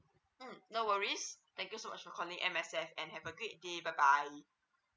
mm no worries thank you so much for calling M_S_F and have a great day bye bye